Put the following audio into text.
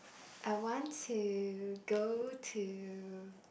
I want to go to